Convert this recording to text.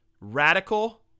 Radical